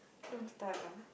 don't start ah